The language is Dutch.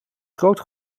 groot